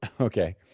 Okay